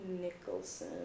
nicholson